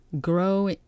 grow